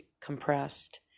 compressed